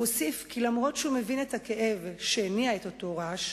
הוא הוסיף כי אף שהוא מבין את הכאב שהניע את אותו רעש,